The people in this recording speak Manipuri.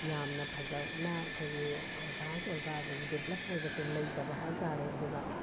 ꯌꯥꯝꯅ ꯐꯖꯅ ꯑꯩꯈꯣꯏꯒꯤ ꯑꯦꯗꯕꯥꯁ ꯑꯣꯏꯕ ꯑꯗꯒꯤ ꯗꯤꯕꯂꯞ ꯑꯣꯏꯕꯁꯦ ꯂꯩꯇꯕ ꯍꯥꯏꯕ ꯇꯥꯔꯦ ꯑꯗꯨꯒ